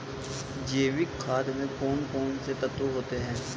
जैविक खाद में कौन कौन से तत्व होते हैं?